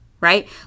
Right